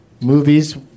movies